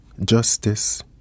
justice